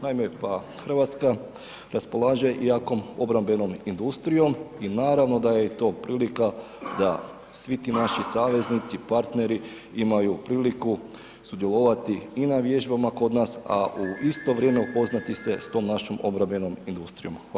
Naime, pa Hrvatska raspolaže jakom obrambenom industrijom i naravno da je to prilika da svi ti naši saveznici i partneri imaju priliku sudjelovati i na vježbama kod nas a u isto vrijeme upoznati se s tom našom obrambenom industrijom, hvala lijepo.